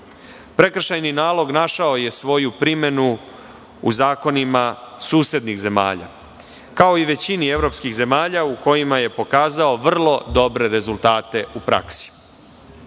Prekršajni nalog našao je svoju primenu u zakonima susednih zemalja, kao i većini evropskih zemalja u kojima je pokazao vrlo dobre rezultate u praksi.